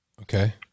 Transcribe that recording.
Okay